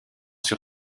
sur